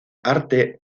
arte